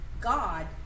god